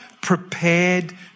prepared